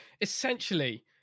essentially